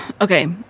Okay